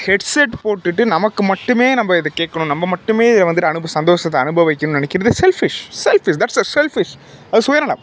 Hegseth போட்டுட்டு நமக்கு மட்டுமே நம்ம இதை கேட்கணும் நம்ம மட்டுமே இதை வந்துட்டு சந்தோஷத்த அனுபவிக்கணும்னு நெனைக்கிறது செல்ஃபிஷ் செல்ஃபிஷ் தட்ஸ செல்ஃபிஷ் அது சுயநலம்